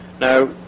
Now